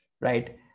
Right